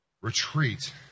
retreat